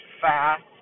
fast